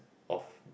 of